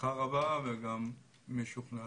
הצלחה רבה וגם משוכנע